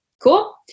Cool